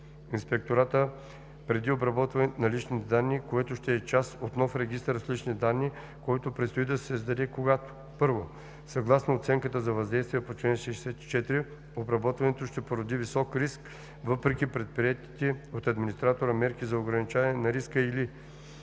инспектората преди обработването на лични данни, което ще е част от нов регистър с лични данни, който предстои да се създаде, когато: 1. съгласно оценката на въздействието по чл. 64 обработването ще породи висок риск въпреки предприетите от администратора мерки за ограничаване на риска, или 2.